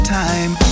time